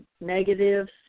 negatives